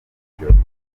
birori